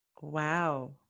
Wow